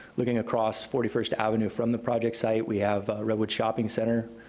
looking across forty first avenue from the project site, we have redwood shopping center.